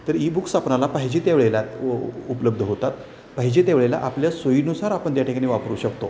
तर e books आपणाला पाहिजे त्यावळेला उपलब्ध होतात पाहिजे त्यावेळेला आपल्या सोयीनुसार आपण त्या ठिकाणी वापरू शकतो